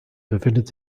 befindet